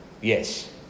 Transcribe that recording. yes